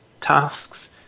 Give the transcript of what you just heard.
tasks